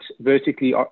vertically